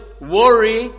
worry